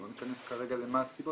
לא ניכנס כרגע למה הסיבות,